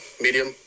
medium